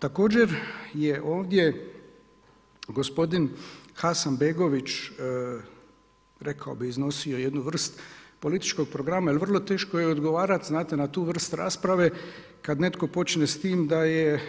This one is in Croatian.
Također je ovdje gospodin Hasanbegović, rekao bih, iznosio jednu vrst političkog programa jer vrlo teško je odgovarat znate na tu vrstu rasprave kad netko počne s tim da je